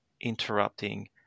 interrupting